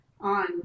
on